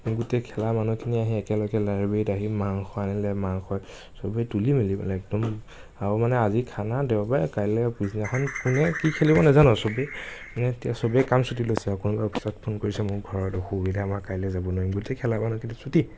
আমি গোটেই খেলা মানুহখিনিয়ে আহি একেলগে লাইব্ৰেৰীত আহি মাংস আনিলে মাংস চবে তুলি মেলি পেলাই একদম আৰু মানে আজি খানা দেওবাৰ কাইলৈ পিছদিনাখন কোনে কি খেলিব নাজানো আৰু চবেই মানে এতিয়া চবেই কাম চুটি লৈছে আৰু কোনোবাই অফিছত ফোন কৰিছে মোৰ ঘৰত অসুবিধা মই কাইলৈ যাব নোৱাৰিম বুলি গোটেই খেলা মানুহখিনি চুটি